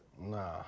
Nah